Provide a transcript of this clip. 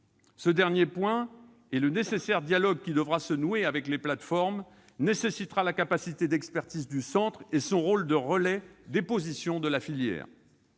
Ce dernier point, et le nécessaire dialogue qui devra se nouer avec les plateformes, nécessitera la capacité d'expertise du Centre et son rôle de relais des positions de la filière.